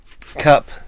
cup